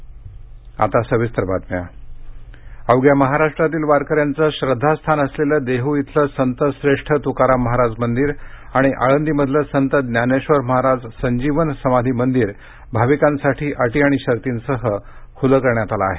उघडली मंदिरांची दारे अवघ्या महाराष्ट्रातील वारकऱ्यांचं श्रद्वास्थान असलेलं देहू इथलं संत श्रेष्ठ तुकाराम महाराज मंदिर आणि आळंदीमधील संत ज्ञानेश्वर महाराज संजीवन समाधी मंदिरं भाविकांसाठी अटी आणि शर्तींसह खुली करण्यात आली आहेत